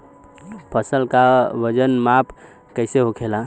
फसल का वजन माप कैसे होखेला?